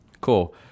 Cool